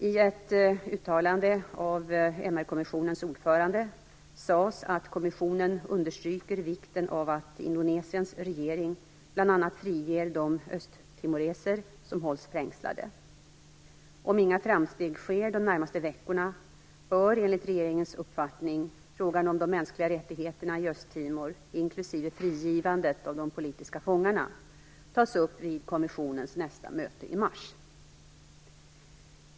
I ett uttalande av MR-kommissionens ordförande sades det att kommissionen understryker vikten av att Indonesiens regering bl.a. friger de östtimoreser som hålls fängslade. Om inga framsteg sker under de närmaste veckorna bör enligt regeringens uppfattning frågan om de mänskliga rättigheterna i Östtimor inklusive frigivandet av de politiska fångarna tas upp vid kommissionens nästa möte i mars.